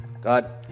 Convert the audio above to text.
God